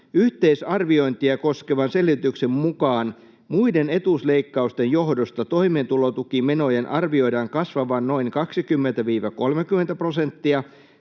”Yhteisarviointia koskevan selvityksen mukaan muiden etuusleikkausten johdosta toimeentulotukimenojen arvioidaan kasvavan noin 20—30 prosentilla.